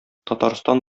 татарстан